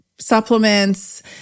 Supplements